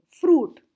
fruit